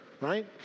right